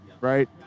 Right